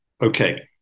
Okay